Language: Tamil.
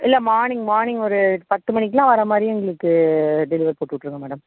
இல்லை மார்னிங் மார்னிங் ஒரு பத்து மணிக்கெலாம் வரமாதிரி எங்களுக்கு டெலிவர் போட்டு விட்ருங்க மேடம்